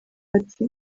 ati